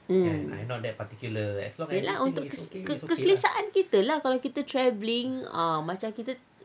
um untuk kesel~ keselesaan kita lah kalau kita travelling ah macam kita